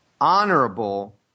honorable